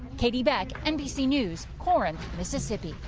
katie beck, nbc news mississippi.